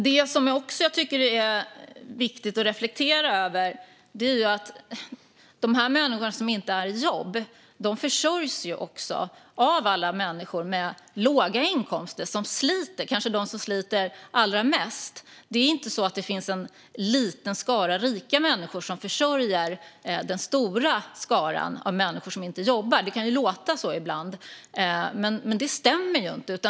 Det som är viktigt att reflektera över är att de människor som inte är i jobb försörjs av alla människor med låga inkomster. Det är kanske de som sliter allra mest. Det är inte så att det finns en liten skara rika människor som försörjer den stora skaran av människor som inte jobbar. Det kan låta så ibland, men det stämmer inte.